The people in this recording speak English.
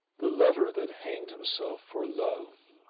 the lover that hanged himself for love.